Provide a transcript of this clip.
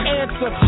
answer